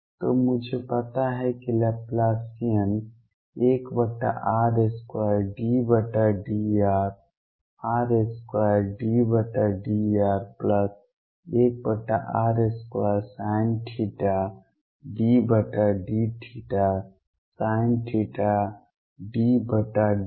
तो मुझे पता है कि लैप्लासियन 1r2∂rr2∂r1r2sinθ∂θsinθ∂θ1 22 हैं